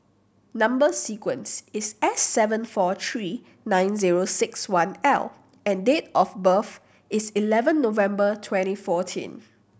number sequence is S seven four three nine zero six one L and date of birth is eleven November twenty fourteen